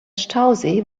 stausee